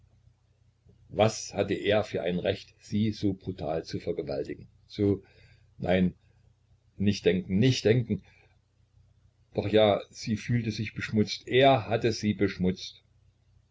was hatte er für ein recht sie so brutal zu vergewaltigen so nein nicht denken nicht denken doch ja sie fühlte sich beschmutzt er hatte sie beschmutzt